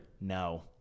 No